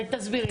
תסבירי.